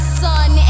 sun